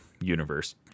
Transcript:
universe